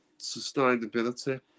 sustainability